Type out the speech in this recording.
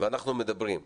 ואנחנו מדברים.